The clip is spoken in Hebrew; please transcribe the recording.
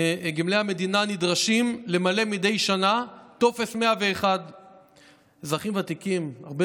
נדרשים למלא מדי שנה טופס 101. הרבה